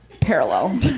parallel